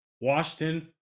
Washington